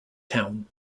town